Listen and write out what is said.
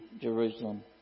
Jerusalem